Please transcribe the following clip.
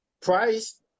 price